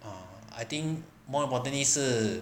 ah I think more importantly 是